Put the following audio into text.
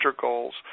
goals